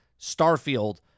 Starfield